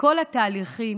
בכל התהליכים